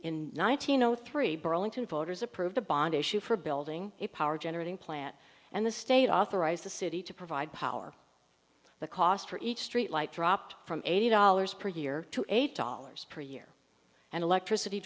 in nineteen zero three burlington voters approved a bond issue for building a power generating plant and the state authorized the city to provide power the cost for each streetlight dropped from eighty dollars per year to eight dollars per year and electricity